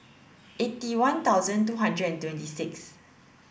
eighty one thousand two hundred and twenty six